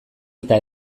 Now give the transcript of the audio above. eta